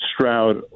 Stroud